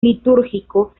litúrgico